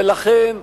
ולכן,